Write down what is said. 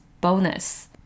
bonus